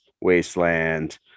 wasteland